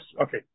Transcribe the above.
okay